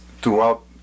throughout